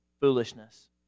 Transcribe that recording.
foolishness